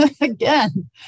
again